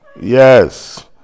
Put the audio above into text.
Yes